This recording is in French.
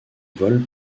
volent